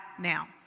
now